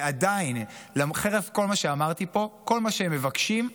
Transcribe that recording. ועדיין, חרף כל מה שאמרתי פה, כל מה שהם מבקשים,